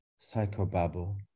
psychobabble